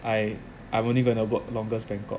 I I'm only going to work longest bangkok